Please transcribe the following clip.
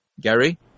Gary